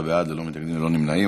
שישה בעד, ללא מתנגדים וללא נמנעים.